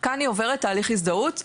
כאן היא עוברת תהליך הזדהות.